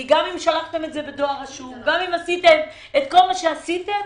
כי גם אם שלחתם בדואר רשום גם אם עשיתם כל מה שעשיתם,